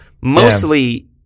mostly